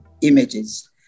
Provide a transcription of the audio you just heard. images